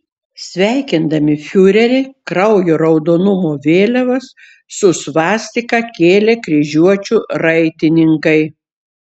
sveikindami fiurerį kraujo raudonumo vėliavas su svastika kėlė kryžiuočių raitininkai